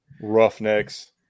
Roughnecks